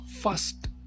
First